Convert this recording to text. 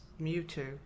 Mewtwo